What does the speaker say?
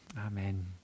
amen